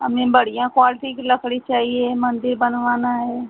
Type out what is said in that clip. हमें बढ़ियाँ क्वाल्टी की लकड़ी चाहिए मंदिर बनवाना है